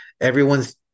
everyone's